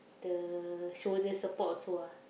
the shoulder support also ah